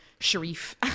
Sharif